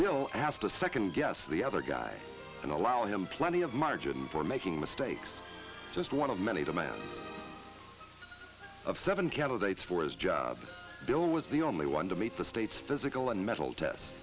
bill as to second guess the other guy and allow him to plenty of margin for making mistakes just one of many demands of seven candidates for his job bill was the only one to meet the state's physical and mental test